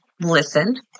Listen